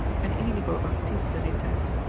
and inigo ortiz de retes,